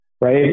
right